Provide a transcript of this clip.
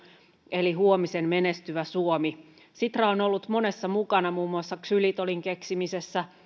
eli huomisen menestyvä suomi sitra on ollut monessa mukana muun muassa ksylitolin keksimisessä